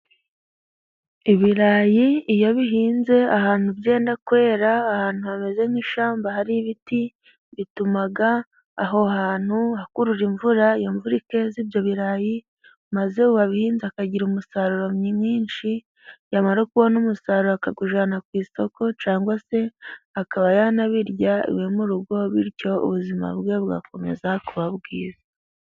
Ibirayi iyo bihinze ahantu byenda kubera ahantu hameze nk'ishyamba hari ibiti bituma aho hantu hakurura imvura, iyo imvura ikeza ibyo birayi maze uwabihinze akagira umusaruro mwinshi. Yamara kubona umusaruro akawujyana ku isoko cyangwa se akaba yanabirya iwe mu rugo bityo ubuzima bwe bugakomeza kuba bwiza.